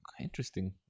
interesting